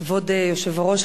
כבוד היושב-ראש,